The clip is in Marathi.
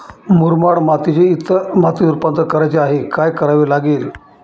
मुरमाड मातीचे इतर मातीत रुपांतर करायचे आहे, काय करावे लागेल?